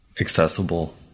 accessible